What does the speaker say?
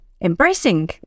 embracing